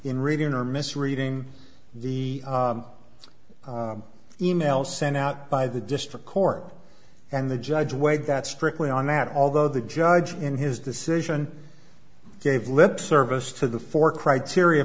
in reading or misreading the e mail sent out by the district court and the judge weighed that strictly on that although the judge in his decision gave lip service to the four criteria